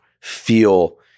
feel